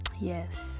Yes